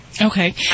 okay